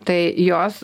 tai jos